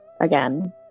again